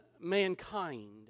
mankind